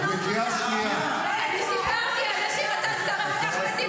וגם לא לתמוך במי שפגע וניסה לפגוע בראש ממשלה בישראל.